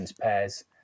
pairs